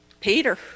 Peter